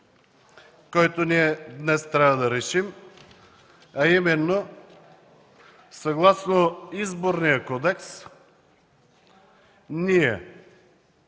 който ние днес трябва да решим, а именно съгласно Изборния кодекс